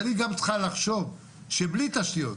אבל היא גם צריכה לחשוב שבלי תשתיות,